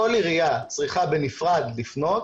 כל עירייה צריכה בנפרד לפנות,